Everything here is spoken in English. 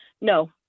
No